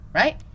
right